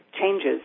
changes